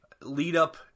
lead-up